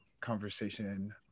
conversation